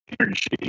energy